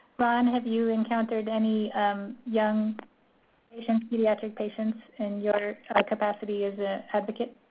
ron, have you encountered any young patients, pediatric patients in your capacity as an advocate?